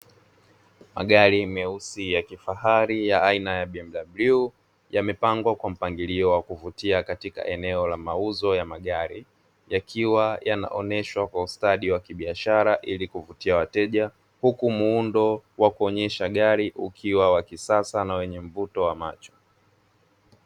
Magari meusi ya kifahari ya aina ya BMW yamepangwa kwa mpangilio wa kuvutia katika eneo la mauzo ya magari, yakiwa yanaoneshwa kwa ustadi wa kibiashara ili kuvutia wateja, huku muundo wa kuonyesha gari ukiwa wa kisasa na wenye mvuto wa macho.